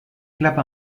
club